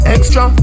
Extra